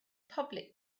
public